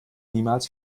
niemals